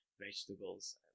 vegetables